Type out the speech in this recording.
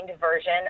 version